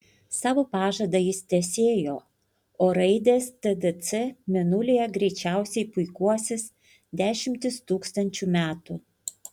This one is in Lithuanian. savo pažadą jis tęsėjo o raidės tdc mėnulyje greičiausiai puikuosis dešimtis tūkstančių metų